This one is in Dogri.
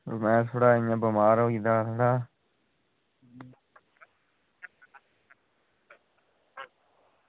बमार इंया थोह्ड़ा बमार होई गेदा हा थुआढ़ा